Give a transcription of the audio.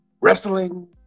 Wrestling